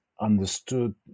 understood